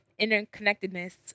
interconnectedness